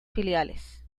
filiales